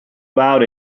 about